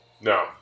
No